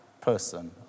person